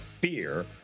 Beer